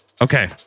Okay